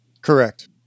correct